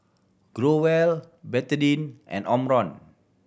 Growell Betadine and Omron